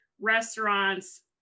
restaurants